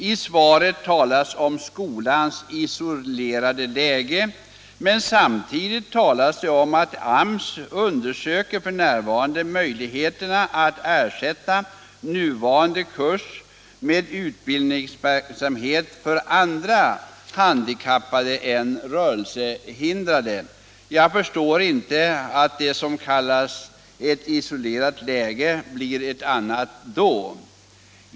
I svaret talas om skolans isolerade läge, men samtidigt talas det om att AMS f. n. undersöker möjligheterna att ersätta nuvarande kurs med utbildningsverksamhet för andra handikappgrupper än rörelsehindrade. Jag förstår inte att det som kallas ett isolerat läge blir något annat då.